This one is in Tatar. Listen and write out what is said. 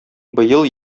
быел